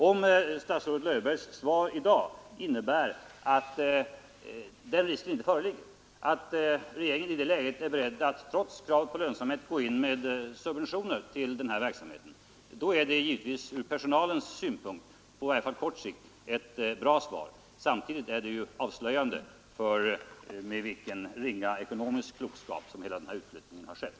Om statsrådet Löfbergs svar i dag innebär att den risken inte föreligger, dvs. att regeringen i det läget är beredd att trots kravet på lönsamhet gå in med subventioner till verksamheten, så är det givetvis ur personalens synpunkt, i varje fall på kort sikt, ett bra svar. Samtidigt är det avslöjande för med vilken ringa ekonomisk klokskap som hela den här utflyttningen har skett.